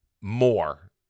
more